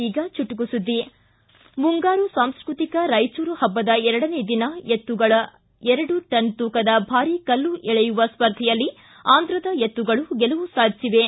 ಈಗ ಚುಟುಕು ಸುದ್ದಿ ಮುಂಗಾರು ಸಾಂಸ್ಟತಿಕ ರಾಯಚೂರು ಹಬ್ಬದ ಎರಡನೇ ದಿನ ಎತ್ತುಗಳ ಎರಡು ಟನ್ ತೂಕದ ಭಾರಿ ಕಲ್ಲು ಎಳೆಯುವ ಸ್ಪರ್ಧೆಯಲ್ಲಿ ಆಂಧ್ರದ ಎತ್ತುಗಳು ಗೆಲುವು ಸಾಧಿಸಿವೆ